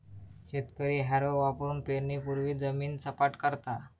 शेतकरी हॅरो वापरुन पेरणीपूर्वी जमीन सपाट करता